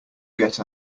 get